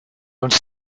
uns